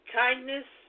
kindness